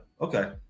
okay